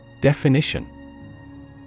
Definition